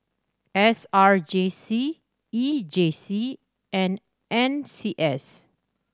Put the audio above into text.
S R J C E J C and N C S